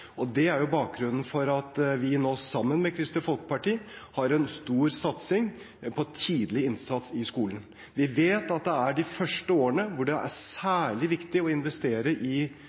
Det er bakgrunnen for at vi nå sammen med Kristelig Folkeparti har en stor satsing på tidlig innsats i skolen. Vi vet at det er i de første årene det er særlig viktig å investere i